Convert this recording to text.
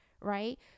right